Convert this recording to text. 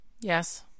Yes